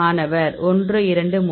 மாணவர் 1 2 3